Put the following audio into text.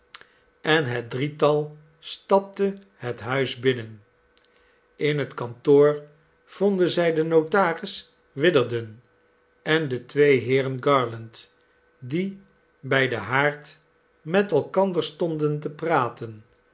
en het drietal stapte het huis binnen in het kantoor vonden zij den notaris witherden en de twee heeren garland die bij den haard met elkander stonden te praten